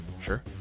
Sure